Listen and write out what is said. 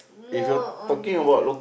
more on